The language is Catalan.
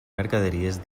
mercaderies